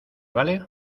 vale